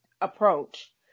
approach